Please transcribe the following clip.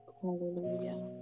Hallelujah